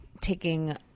Taking